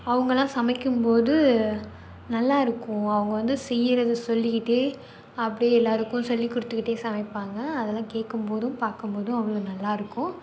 அவங்களாம் சமைக்கும்போது நல்லா இருக்கும் அவங்க வந்து செய்கிறத சொல்லிக்கிட்டே அப்டியே எல்லாருக்கும் சொல்லிக் கொடுத்துக்கிட்டே சமைப்பாங்க அதெலாம் கேட்கும்போதும் பார்க்கும்போதும் அவ்வளோ நல்லாயிருக்கும்